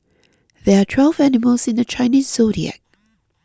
there are twelve animals in the Chinese zodiac